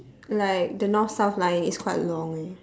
like the north south line is quite long eh